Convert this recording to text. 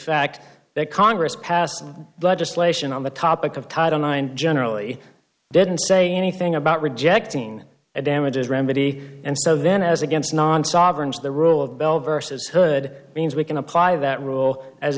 fact that congress passed legislation on the topic of title nine generally didn't say anything about rejecting a damages remedy and so then as against non sovereigns the rule of bell versus hood means we can apply that rule as